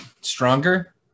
stronger